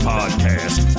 Podcast